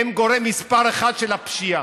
הם גורם מס' 1 של הפשיעה.